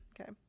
Okay